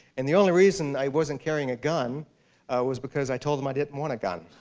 and the only reason i wasn't carrying a gun was because i told them i didn't want a gun.